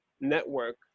network